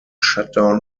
shutdown